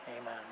Amen